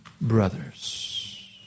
brothers